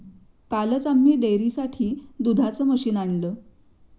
कालच आम्ही डेअरीसाठी दुधाचं मशीन आणलं